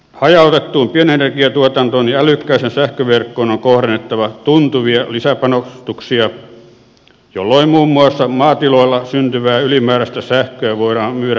hajautettuun pienenergiatuotantoon ja älykkääseen sähköverkkoon on kohdennettava tuntuvia lisäpanostuksia jolloin muun muassa maatiloilla syntyvää ylimääräistä sähköä voidaan myydä valtakunnan verkkoon